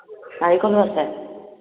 নাৰিকলো আছে